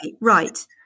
right